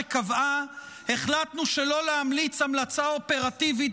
שקבעה: "החלטנו שלא להמליץ המלצה אופרטיבית